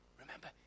remember